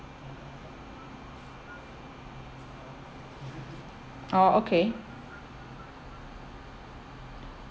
oh okay